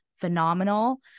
phenomenal